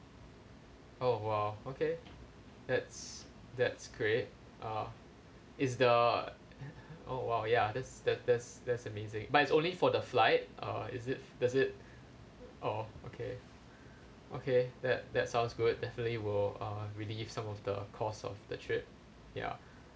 oh !wow! okay that's that's great uh is the oh !wow! ya that's that that's that's amazing but it's only for the flight or is it does it orh okay okay that that sounds good definitely will uh relieve some of the cost of the trip ya